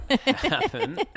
happen